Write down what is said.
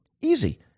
Easy